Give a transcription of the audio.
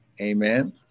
Amen